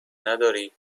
نداری